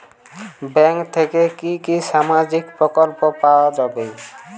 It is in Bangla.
ব্যাঙ্ক থেকে কি কি সামাজিক প্রকল্প পাওয়া যাবে?